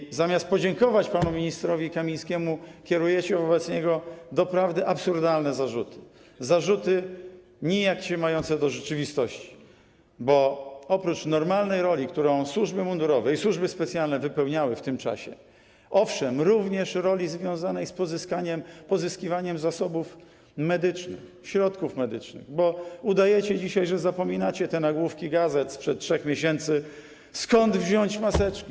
I zamiast podziękować panu ministrowi Kamińskiemu, kierujecie wobec niego doprawdy absurdalne zarzuty, zarzuty nijak się mające do rzeczywistości, bo oprócz normalnej roli, którą służby mundurowe i służby specjalne wypełniały w tym czasie, owszem, również roli związanej z pozyskiwaniem zasobów medycznych, środków medycznych, bo udajecie dzisiaj, że zapominacie o tych nagłówkach gazet sprzed 3 miesięcy: Skąd wziąć maseczki?